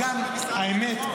האמת,